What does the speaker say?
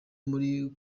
muri